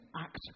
act